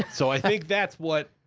so i think that's what,